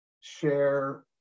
share